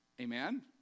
Amen